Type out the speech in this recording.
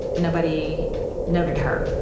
nobody noted her.